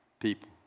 people